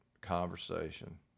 conversation